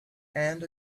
and